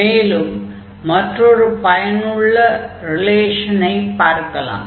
மேலும் மற்றொரு பயனுள்ள ரிலேஷனை பார்க்கலாம்